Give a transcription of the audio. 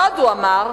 ועוד הוא אמר,